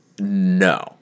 no